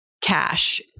cash